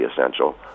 essential